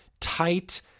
tight